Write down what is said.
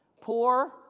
Poor